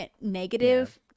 negative